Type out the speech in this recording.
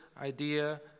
idea